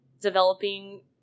developing